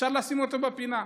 אפשר לשים אותו בפינה.